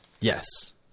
Yes